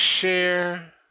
share